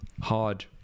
hard